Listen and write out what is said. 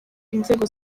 inzego